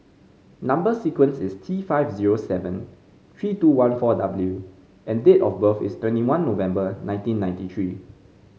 number sequence is T five zero seven three two one four W and date of birth is twenty one November nineteen ninety three